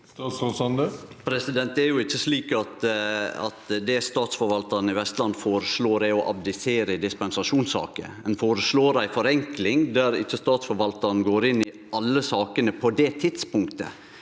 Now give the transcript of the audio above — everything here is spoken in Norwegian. Det er jo ikkje slik at det Statsforvaltaren i Vestland føreslår, er å abdisere i dispensasjonssaker. Ein føreslår ei forenkling der ikkje statsforvaltaren går inn i alle sakene på det tidspunktet,